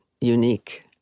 unique